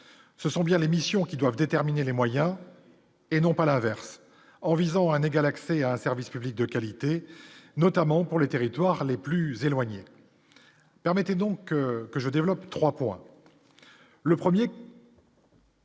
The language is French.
ce sont bien les missions qui doivent déterminer les moyens et non pas l'averse en visant un égal accès à un service public de qualité, notamment pour les territoires les plus éloignées permettez donc que je développe 3 pour le 1er.